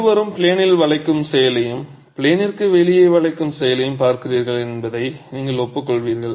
இருவரும் ப்ளேனில் வளைக்கும் செயலையும் ப்ளேனிற்கு வெளியே வளைக்கும் செயலையும் பார்க்கிறார்கள் என்பதை நீங்கள் ஒப்புக் கொள்வீர்கள்